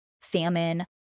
famine